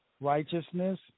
righteousness